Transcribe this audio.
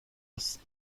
است